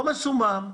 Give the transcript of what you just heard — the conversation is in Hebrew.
לא מסומם,